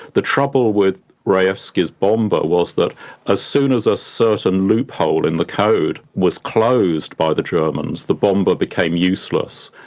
the trouble with rejewski's bombe but was that as soon as a certain loophole in the code was closed by the germans, the bombe but became useless.